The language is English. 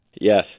Yes